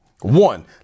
one